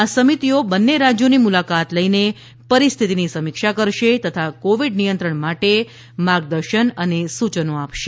આ સમિતિઓ બંને રાજ્યોની મુલાકાત લઈને પરિસ્થિતિની સમીક્ષા કરશે તથા કોવિડ નિયંત્રણ માટે માર્ગદર્શન અને સૂચનો આપશે